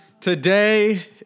today